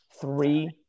three